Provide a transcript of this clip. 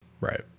right